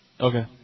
Okay